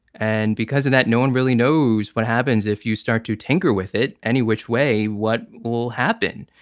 and because of that, no one really knows what happens if you start to tinker with it any which way, what will happen.